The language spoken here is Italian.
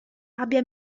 abbia